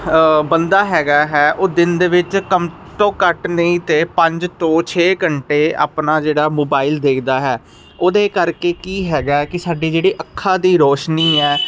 ਬੰਦਾ ਹੈਗਾ ਹੈ ਉਹ ਦਿਨ ਦੇ ਵਿੱਚ ਕੰਮ ਘੱਟ ਤੋਂ ਘੱਟ ਨਹੀਂ ਤੇ ਪੰਜ ਤੋਂ ਛੇ ਘੰਟੇ ਆਪਣਾ ਜਿਹੜਾ ਮੋਬਾਈਲ ਦੇਖਦਾ ਹੈ ਉਹਦੇ ਕਰਕੇ ਕੀ ਹੈਗਾ ਕਿ ਸਾਡੀ ਜਿਹੜੀ ਅੱਖਾਂ ਦੀ ਰੋਸ਼ਨੀ ਹੈ